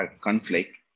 conflict